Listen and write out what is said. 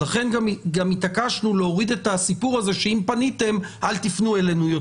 ולכן גם התעקשנו להוריד את הסיפור הזה שאם פניתם אסור לפנות שוב.